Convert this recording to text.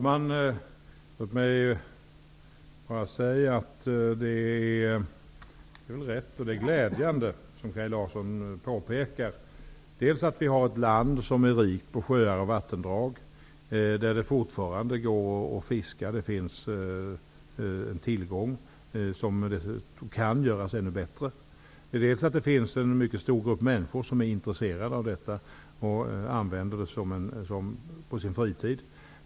Herr talman! Det som Kaj Larsson påpekar är riktigt och glädjande. Vi har ett land som är rikt på sjöar och vattendrag, där det fortfarande går att fiska. Det finns en tillgång som kan göras ännu bättre. Det finns också en mycket stor grupp människor som är intresserad av att fiska på sin fritid.